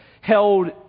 held